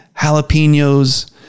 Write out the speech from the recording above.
jalapenos